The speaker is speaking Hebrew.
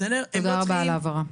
תודה רבה על ההבהרה.